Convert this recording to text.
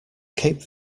cape